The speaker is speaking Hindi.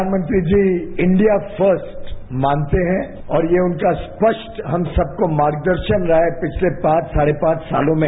प्रधानमंत्री जी इण्डिया फर्स्तट मानते हैं और यह उनका स्पष्ट हम सबको मार्गदर्शन रहा है कि पिछले पांच साढे पांच सालों में